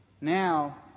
Now